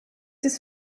his